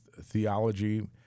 theology